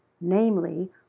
namely